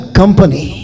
company